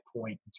point